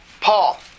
Paul